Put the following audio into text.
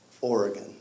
Oregon